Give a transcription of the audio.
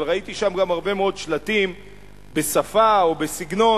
אבל ראיתי שם גם הרבה מאוד שלטים בשפה או בסגנון,